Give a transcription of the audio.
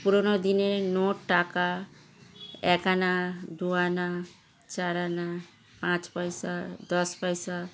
পুরনো দিনের নোট টাকা এক আনা দু আনা চার আনা পাঁচ পয়সা দশ পয়সা